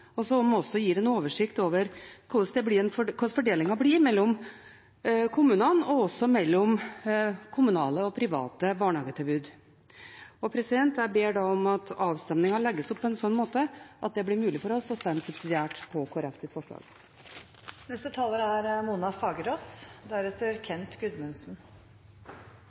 og som gir en oversikt over hvordan fordelingen blir mellom kommunene og også mellom kommunale og private barnehagetilbud. Jeg ber om at voteringen legges opp på en slik måte at det blir mulig for oss å stemme subsidiært